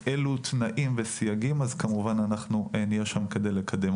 נבין מהם התנאים והסייגים וכמובן שנהיה שם כדי לקדם.